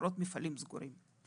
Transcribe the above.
לראות מפעלים סגורים.